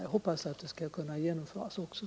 Jag hoppas att det skall kunna leda till resultat.